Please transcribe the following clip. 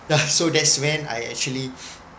yeah so that's when I actually